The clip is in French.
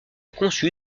conçue